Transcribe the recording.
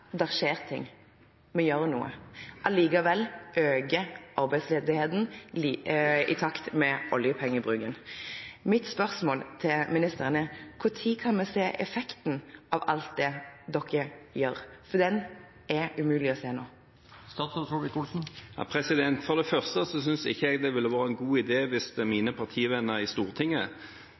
det skjer ting, at de gjør noe. Allikevel øker arbeidsledigheten i takt med oljepengebruken. Mitt spørsmål til ministeren er: Når kan vi se effekten av alt det dere gjør? For den er umulig å se nå. For det første synes ikke jeg det ville vært en god idé hvis mine partivenner i Stortinget